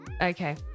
Okay